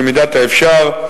כמידת האפשר,